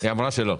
היא אמרה שלא.